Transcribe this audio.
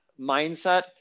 mindset